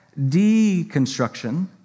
deconstruction